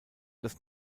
das